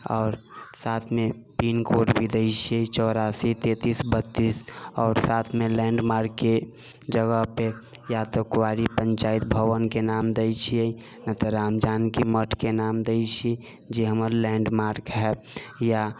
आओर साथमे पिनकोड भी दै छियै चौरासी तैंतीस बत्तीस आओर साथमे लैंडमार्कके जगह पे या तऽ क्वारी पंचायत भवन के नाम दै छियै नहि तऽ राम जानकी मठ के नाम दै छी जे हमर लैंडमार्क है या